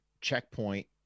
checkpoint